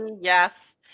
Yes